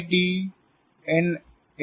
T N